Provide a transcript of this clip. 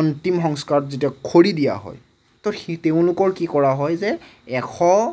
অন্তিম সংস্কাৰত যেতিয়া খৰি দিয়া হয় তো সি তেওঁলোকৰ কি কৰা হয় যে এশ